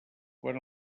quan